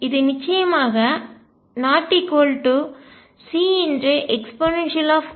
இது நிச்சயமாக ≠Ceikxuk